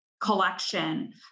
collection